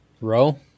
row